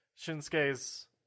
Shinsuke's